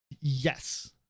Yes